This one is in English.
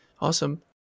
awesome